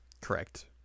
Correct